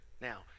Now